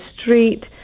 street